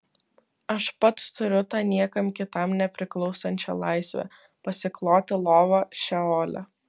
aš pats turiu tą niekam kitam nepriklausančią laisvę pasikloti lovą šeole